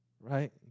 right